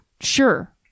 sure